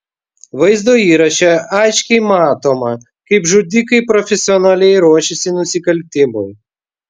vaizdo įraše aiškiai matoma kaip žudikai profesionaliai ruošiasi nusikaltimui